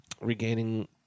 regaining